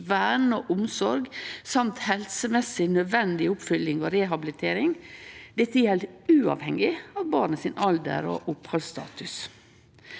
vern og omsorg i tillegg til helsemessig nødvendig oppfølging og rehabilitering. Dette gjeld uavhengig av barnet sin alder og opphaldsstatus.